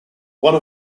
one